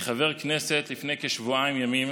כחבר כנסת לפני כשבועיים ימים.